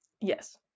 Yes